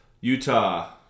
Utah